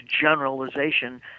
generalization